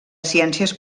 ciències